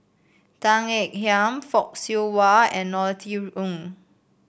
Tan Ean Kiam Fock Siew Wah and Norothy Ng